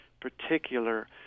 particular